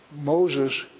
Moses